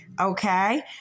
Okay